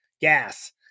gas